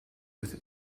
with